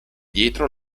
dietro